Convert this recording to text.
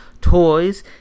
toys